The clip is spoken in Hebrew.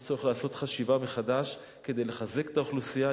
יש צורך לעשות חשיבה מחדש כדי לחזק את האוכלוסייה.